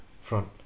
front